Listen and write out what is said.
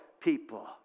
people